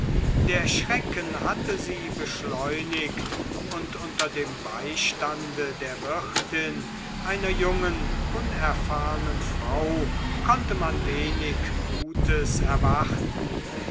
der schrecken hatte sie beschleunigt und unter dem beistande der wirtin einer jungen unerfahrenen frau konnte man wenig gutes erwarten